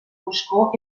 foscor